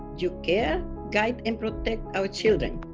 you care guide and protect our children